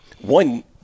one